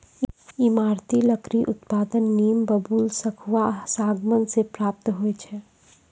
ईमारती लकड़ी उत्पादन नीम, बबूल, सखुआ, सागमान से प्राप्त होय छै